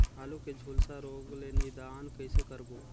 आलू के झुलसा रोग ले निदान कइसे करबो?